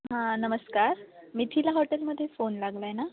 हां नमस्कार मिथिला हॉटेलमध्ये फोन लागला आहे ना